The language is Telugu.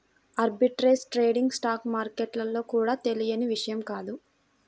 ఆర్బిట్రేజ్ ట్రేడింగ్ స్టాక్ మార్కెట్లలో కూడా తెలియని విషయం కాదు